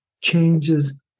changes